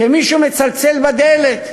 כשמישהו מצלצל בדלת,